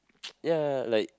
ya like